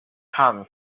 come